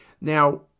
Now